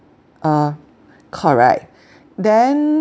uh correct then